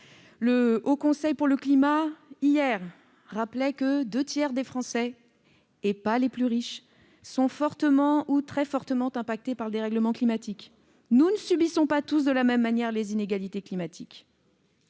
Le Haut Conseil pour le climat rappelait hier que les deux tiers des Français- et pas les plus riches !- sont fortement ou très fortement impactés par le dérèglement climatique. Nous ne subissons pas tous de la même manière les inégalités climatiques